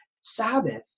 Sabbath